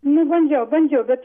nu bandžiau bandžiau bet